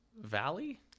Valley